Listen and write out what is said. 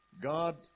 God